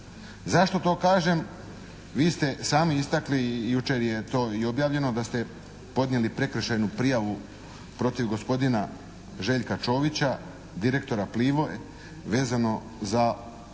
Zašto to kažem? Vi ste sami istakli i jučer je to objavljeno da ste podnijeli prekršajnu prijavu protiv gospodina Željka Čovića, direktora "Plive" vezano za povlaštenu